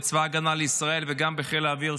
בצבא ההגנה לישראל וגם בחיל האוויר,